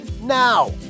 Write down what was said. Now